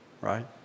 right